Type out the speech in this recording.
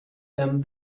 them